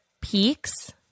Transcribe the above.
peaks